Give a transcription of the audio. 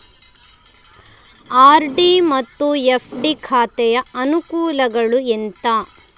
RD ಮತ್ತು FD ಖಾತೆಯ ಅನುಕೂಲಗಳು ಎಂತ?